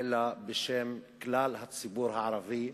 אלא בשם כלל הציבור הערבי.